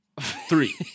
Three